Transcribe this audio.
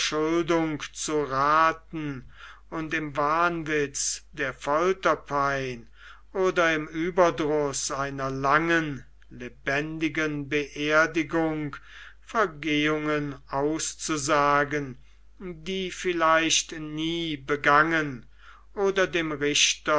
zu rathen und im wahnwitz der folterpein oder im ueberdruß einer langen lebendigen beerdigung vergehungen auszusagen die vielleicht nie begangen oder dem richter